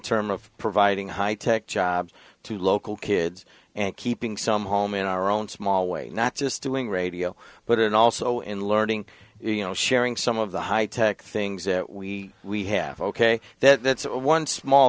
terms of providing high tech jobs to local kids and keeping some home in our own small way not just doing radio but also in learning you know sharing some of the high tech things that we we have ok that's one small